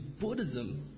Buddhism